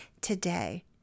today